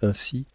ainsi